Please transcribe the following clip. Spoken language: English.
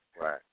Right